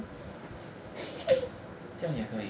这样也可以